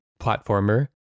platformer